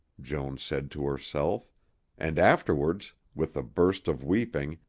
joan said to herself and afterwards, with a burst of weeping,